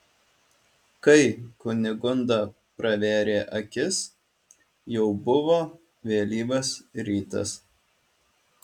kai kunigunda pravėrė akis jau buvo vėlyvas rytas